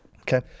Okay